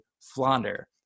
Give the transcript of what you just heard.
flounder